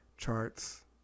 charts